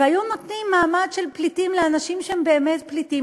והיו נותנים מעמד של פליטים לאנשים שהם באמת פליטים,